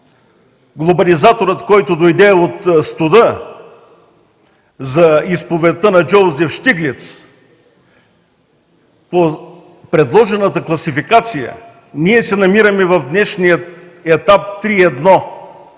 „Глобализаторът, който дойде от студа”, за изповедта на Джоузеф Стиглиц, по предложената класификация ние се намираме в днешния етап 3.1,